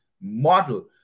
model